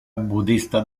budista